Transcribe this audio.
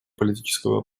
политического